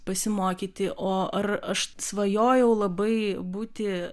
pasimokyti o ar aš svajojau labai būti